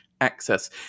access